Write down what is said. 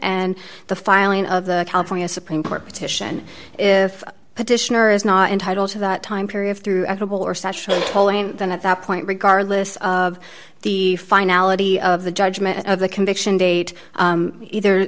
and the filing of the california supreme court petition if petitioner is not entitled to that time period through edible or special polling then at that point regardless of the finality of the judgement of the conviction date either